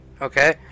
okay